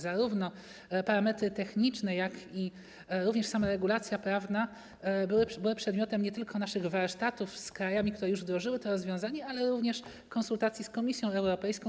Zarówno parametry techniczne, jak i sama regulacja prawna były przedmiotem nie tylko naszych warsztatów z krajami, które już wdrożyły to rozwiązanie, ale również konsultacji z Komisją Europejską.